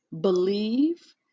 believe